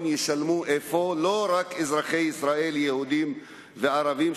ישלמו אפוא לא רק אזרחי ישראל יהודים וערבים,